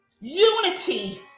Unity